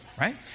Right